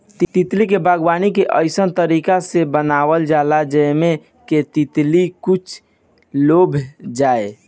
तितली के बागवानी के अइसन तरीका से बनावल जाला जेमें कि तितली कुल लोभा जाये